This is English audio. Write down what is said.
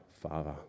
Father